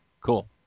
cool